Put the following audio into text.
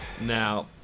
Now